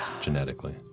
genetically